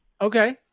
Okay